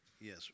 Yes